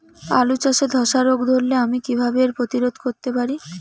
আলু চাষে ধসা রোগ ধরলে আমি কীভাবে এর প্রতিরোধ করতে পারি?